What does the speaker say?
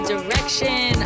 Direction